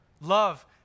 love